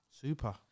Super